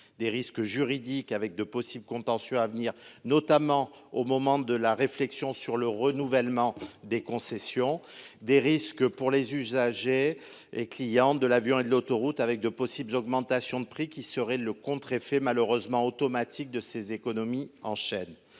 des risques juridiques, avec d’éventuels contentieux à venir, notamment au moment de la réflexion en vue du renouvellement des concessions ; des risques pour les usagers et clients de l’avion et de l’autoroute, du fait de possibles augmentations de prix qui seraient – malheureusement – le contre effet automatique de ces économies en chaîne